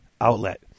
outlet